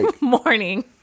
morning